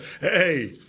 hey